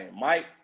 Mike